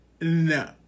no